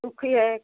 सूखी है